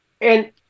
and-